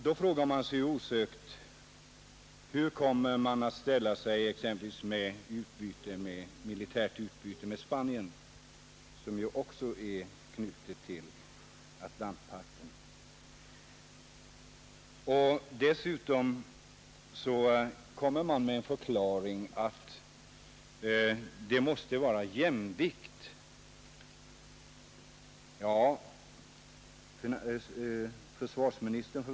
Då frågar man sig osökt: Hur kommer man att ställa sig exempelvis beträffande militärt utbyte med Spanien, som ju också är knutet till Atlantpakten?